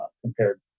compared